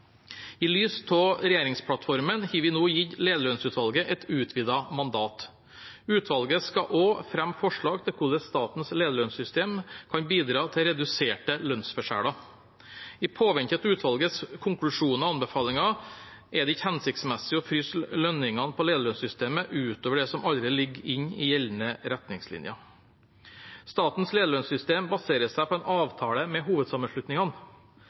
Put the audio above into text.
I lys av regjeringsplattformen har vi nå gitt lederlønnsutvalget et utvidet mandat. Utvalget skal også fremme forslag til hvordan statens lederlønnssystem kan bidra til reduserte lønnsforskjeller. I påvente av utvalgets konklusjoner og anbefalinger er det ikke hensiktsmessig å fryse lønningene på lederlønnssystemet utover det som allerede ligger inne i gjeldende retningslinjer. Statens lederlønnssystem baserer seg på en avtale med hovedsammenslutningene.